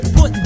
Put